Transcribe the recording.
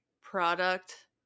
product